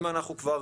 אם אנחנו כבר